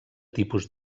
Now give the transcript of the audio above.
tipus